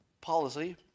policy